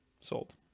sold